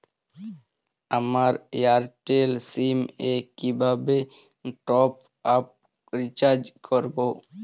আমার এয়ারটেল সিম এ কিভাবে টপ আপ রিচার্জ করবো?